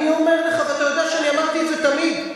אני אומר לך, ואתה יודע שאני אמרתי את זה תמיד,